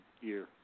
year